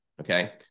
okay